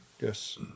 Yes